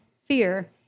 fear